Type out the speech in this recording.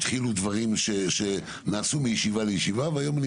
התחילו דברים שנעשו מישיבה לישיבה והיום אני